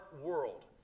world